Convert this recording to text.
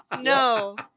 No